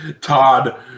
Todd